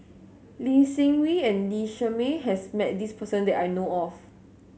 Lee Seng Wee and Lee Shermay has met this person that I know of